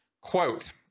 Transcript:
Quote